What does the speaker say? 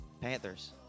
Panthers